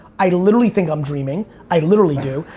i literally think i'm dreaming, i literally do.